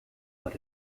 but